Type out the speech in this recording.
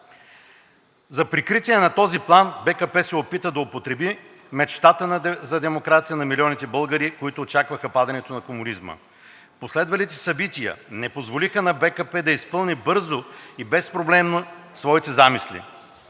За прикритие на този план БКП се опита да употреби мечтата за демокрация на милионите българи, които очакваха падането на комунизма. Последвалите събития не позволиха на БКП да изпълни бързо и безпроблемно своите замисли.